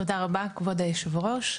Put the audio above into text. תודה רבה כבוד יושב הראש.